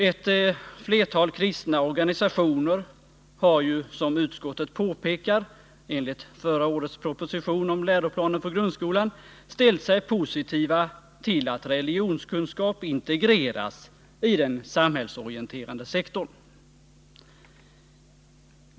Ett flertal kristna organisationer har, som utskottet påpekar, enligt förra årets proposition om läroplanen för grundskolan ställt sig positiva till att religionskunskap integreras i den samhällsorienterande sektorn.